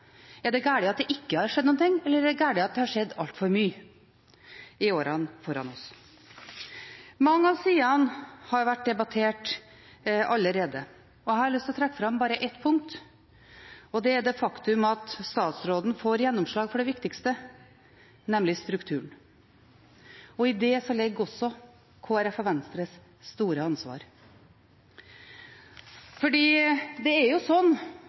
det er galt at det ikke har skjedd noen ting, eller om det er galt at det har skjedd altfor mye i årene før. Mange av sidene har vært debattert allerede, jeg har lyst til å trekke fram bare et punkt. Det er det faktum at statsråden får gjennomslag for det viktigste, nemlig strukturen. I det ligger også Kristelig Folkepartis og Venstres store ansvar. Når en ser på innstillingen, er det jo